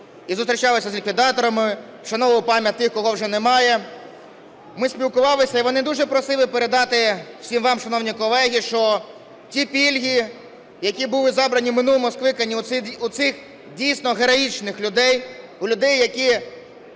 і зустрічалися з ліквідаторами, вшановували пам'ять тих, кого вже немає, ми спілкувалися, і вони дуже просили передати всім вам, шановні колеги, що ті пільги, які були забрані в минулому скликанні у цих дійсно героїчних людей, у людей, які